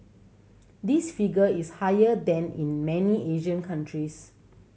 this figure is higher than in many Asian countries